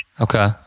Okay